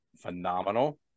phenomenal